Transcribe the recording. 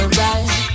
right